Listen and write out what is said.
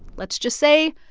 let's just say,